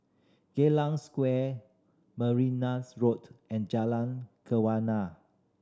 Geylang Square Road and Jalan